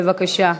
בבקשה.